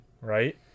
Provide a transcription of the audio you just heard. right